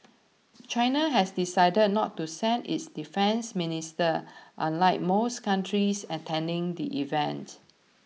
China has decided not to send its defence minister unlike most countries attending the event